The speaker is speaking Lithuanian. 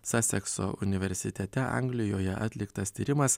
sasekso universitete anglijoje atliktas tyrimas